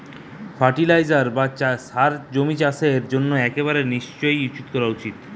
fertiliser বা সার জমির চাষের জন্য একেবারে নিশ্চই করা উচিত